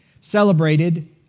celebrated